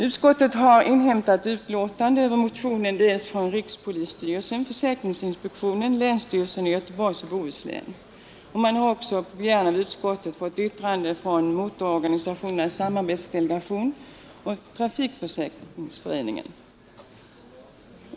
Utskottet har inhämtat utlåtanden över motionen från rikspolisstyrelsen, försäkringsinspektionen och länsstyrelsen i Göteborgs och Bohus län. På begäran av utskottet har yttranden därjämte avgivits av Motororganisationernas samarbetsdelegation och Trafikförsäkringsföreningen.